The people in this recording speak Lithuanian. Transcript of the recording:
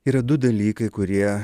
yra du dalykai kurie